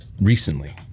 recently